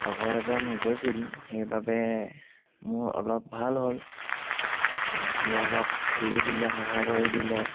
লগৰ এজন গৈছিল সেইবাবে মোৰ অলপ ভাল হ'ল সি অলপ ঠেলি দিলে সহায় কৰি দিলে